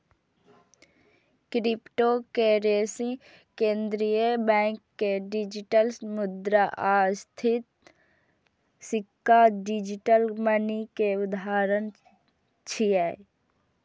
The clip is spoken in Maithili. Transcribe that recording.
क्रिप्टोकरेंसी, केंद्रीय बैंक के डिजिटल मुद्रा आ स्थिर सिक्का डिजिटल मनी के उदाहरण छियै